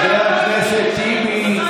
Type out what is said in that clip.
אתה לא שווה את הנעל שלי.